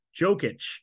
Jokic